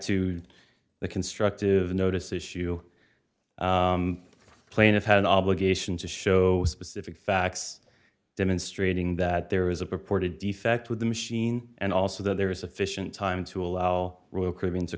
to the constructive notice issue plaintiff had an obligation to show specific facts demonstrating that there is a purported defect with the machine and also that there is sufficient time to allow royal caribbean